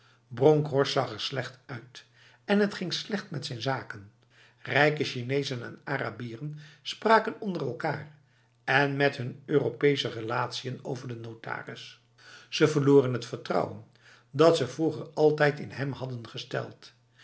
bronkhorst zag er slecht uit en het ging slecht met zijn zaken rijke chinezen en arabieren spraken onder elkaar en met hun europese relatiën over de notaris ze verloren t vertrouwen dat ze vroeger altijd in hem hadden gesteld